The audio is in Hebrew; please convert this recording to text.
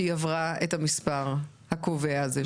שהיא עבר האת המספר הקובע הזה?